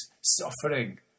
suffering